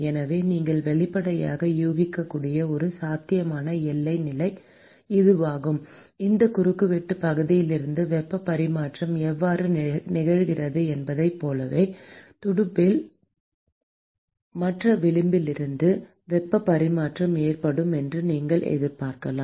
எனவே நீங்கள் வெளிப்படையாக யூகிக்கக்கூடிய ஒரு சாத்தியமான எல்லை நிலை இதுவாகும் இந்த குறுக்குவெட்டுப் பகுதியிலிருந்து வெப்பப் பரிமாற்றம் எவ்வாறு நிகழ்கிறது என்பதைப் போலவே துடுப்பின் மற்ற விளிம்பிலிருந்தும் வெப்பப் பரிமாற்றம் ஏற்படும் என்று நீங்கள் எதிர்பார்க்கலாம்